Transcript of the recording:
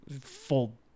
full